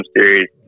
series